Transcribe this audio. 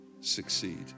succeed